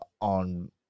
On